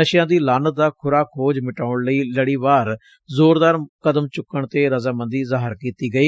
ਨਸ਼ਿਆਂ ਦੀ ਲਾਹਨਤ ਦਾ ਖੁਰਾ ਖੋਜ ਮਿਟਾਉਣ ਲਈ ਲੜੀਵਾਰ ਜ਼ੋਰਦਾਰ ਕਦਮ ਚੁੱਕਣ ਤੇ ਰਜ਼ਾਮੰਦੀ ਜ਼ਾਹਰ ਕੀਤੀ ਗਈ